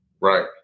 Right